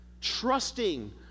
Trusting